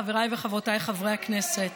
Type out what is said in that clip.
חבריי וחברותיי חברי הכנסת,